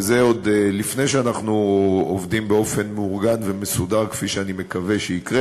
וזה עוד לפני שאנחנו עובדים באופן מאורגן ומסודר כפי שאני מקווה שיקרה